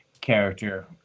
character